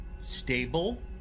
stable